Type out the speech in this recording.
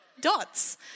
dots